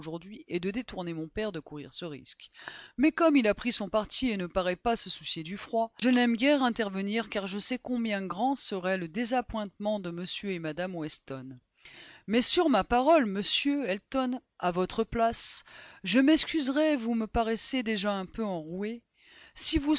et de détourner mon père de courir ce risque mais comme il a pris son parti et ne paraît pas se soucier du froid je n'aime guère intervenir car je sais combien grand serait le désappointement de m et de mme weston mais sur ma parole monsieur elton à votre place je m'excuserais vous me paraissez déjà un peu enroué et si vous